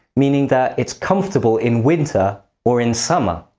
meaning that it's comfortable in winter or in summer.